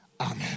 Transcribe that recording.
Amen